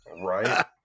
right